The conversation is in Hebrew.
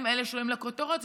הם אלה שעולים לכותרות,